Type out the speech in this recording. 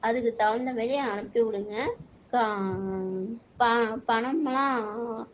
அதுக்குத் தகுந்தமாரி அனுப்பிவிடுங்கள் ப பணம்லாம்